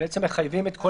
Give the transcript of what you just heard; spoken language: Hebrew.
בעצם מחייבים את כל